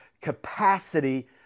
capacity